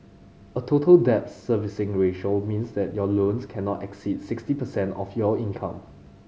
a Total Debt Servicing Ratio means that your loans cannot exceed sixty percent of your income